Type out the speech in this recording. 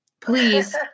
Please